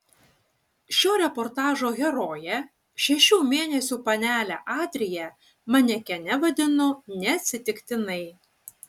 šio reportažo heroję šešių mėnesių panelę adriją manekene vadinu neatsitiktinai